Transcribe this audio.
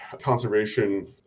conservation